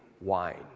wine